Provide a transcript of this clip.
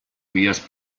vías